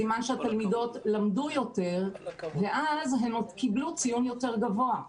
סימן שהתלמידות למדו יותר ואז הן קיבלו ציון יותר גבוה.